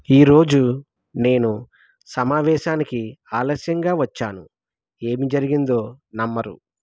ఈ రోజు నేను సమావేశానికి ఆలస్యంగా వచ్చాను ఏమి జరిగిందో నమ్మరు